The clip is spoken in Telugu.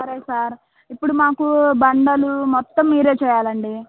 సరే సార్ ఇప్పుడు మాకు బండలు మొత్తం మీరే చెయ్యాలండి